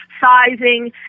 sizing